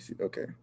okay